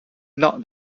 not